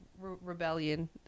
rebellion